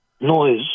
noise